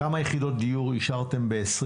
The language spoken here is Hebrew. כמה יחידות דיור אישרתם ב-22'